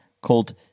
called